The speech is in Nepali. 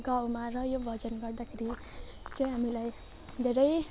गाउँमा र यो भजन गर्दाखेरि चाहिँ हामीलाई धेरै